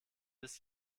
bis